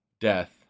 death